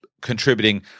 contributing –